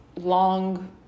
long